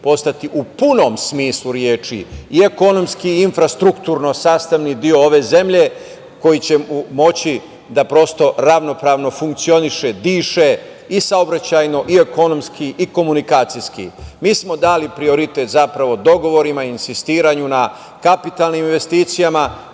postati u punom smislu reči i ekonomski i infrastrukturno sastavni deo ove zemlje, koji će moći da prosto ravnopravno funkcioniše, diše i saobraćajno i ekonomski i komunikacijski. Mi smo dali prioritet zapravo dogovorima, insistiranju na kapitalnim investicijama,